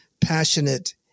passionate